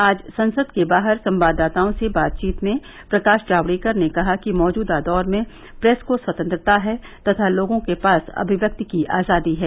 आज संसद के बाहर संवाददाताओं से बातचीत में प्रकाश जावड़ेकर ने कहा कि मौजूदा दौर में प्रेस को स्वतंत्रता है तथा लोगों के पास अभिव्यक्ति की आजादी है